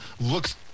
Looks